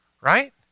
right